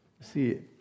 See